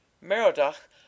Merodach